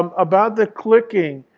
um about the clicking,